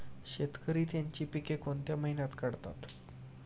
शेतकरी त्यांची पीके कोणत्या महिन्यात काढतात?